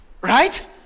Right